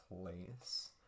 place